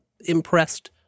impressed